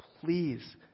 Please